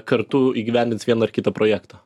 kartu įgyvendins vieną ar kitą projektą